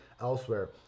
elsewhere